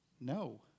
no